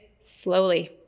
slowly